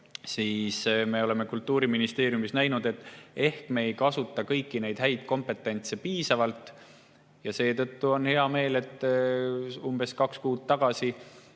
siis oleme Kultuuriministeeriumis näinud, et me ei kasuta kõiki neid häid kompetentse piisavalt ära. Seetõttu on mul hea meel, et umbes kaks kuud tagasi